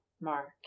Mark